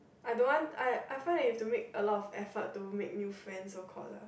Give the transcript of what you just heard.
I don't want I I find that you have to make a lot of effort to make new friends so called lah